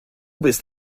bist